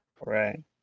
right